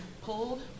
pulled